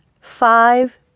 five